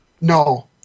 No